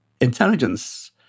intelligence